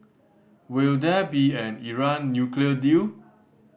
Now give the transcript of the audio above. will there be an Iran nuclear deal